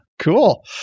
Cool